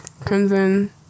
Crimson